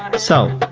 and so,